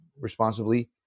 responsibly